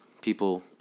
people